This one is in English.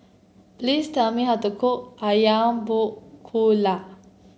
please tell me how to cook ayam Buah Keluak